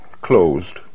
closed